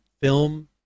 film